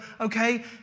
okay